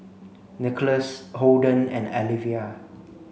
Nicholas Holden and Alivia